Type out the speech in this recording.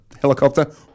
helicopter